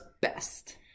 best